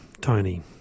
Tony